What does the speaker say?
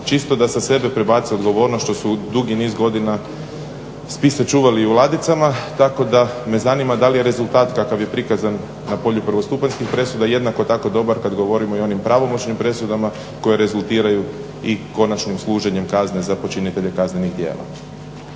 čisto da sa sebe prebace odgovornost što su dugi niz godina spise čuvali u ladicama tako da me zanima da li je rezultat kako je prikazan na polju prvostupanjskih presuda jednako tako dobar kada govorimo i o onim pravomoćnim presudama koje rezultiraju i konačnim služenjem kazne za počinitelje kaznenih djela.